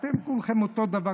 אתם כולכם אותו דבר,